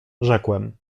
rzekłem